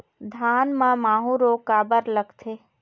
धान म माहू रोग काबर लगथे?